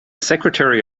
secretary